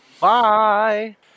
bye